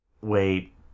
wait